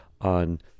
on